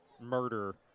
murder